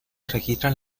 registran